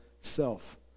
Self